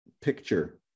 picture